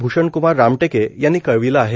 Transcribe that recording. भूषणक्मार रामटेके यांनी कळविले आहे